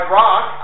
rock